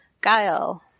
Guile